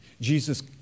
Jesus